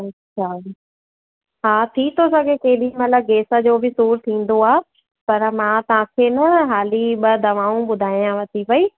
अच्छा हा थी थो सघे केॾीमहिल गेस जो बि सूरु थींदो आहे पर मां तव्हां खे न हाली ॿ दवाऊं ॿुधायांव थी पई